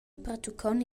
pertuccont